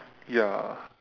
ya